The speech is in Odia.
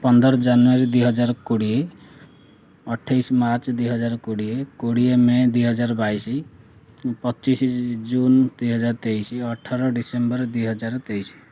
ପନ୍ଦର ଜାନୁଆରୀ ଦୁଇ ହଜାର କୋଡ଼ିଏ ଅଠେଇଶ ମାର୍ଚ୍ଚ ଦୁଇ ହଜାର କୋଡ଼ିଏ କୋଡ଼ିଏ ମେ' ଦୁଇ ହଜାର ବାଇଶ ପଚିଶ ଜୁନ୍ ଦୁଇ ହଜାର ତେଇଶ ଅଠର ଡିସେମ୍ବର ଦୁଇ ହଜାର ତେଇଶ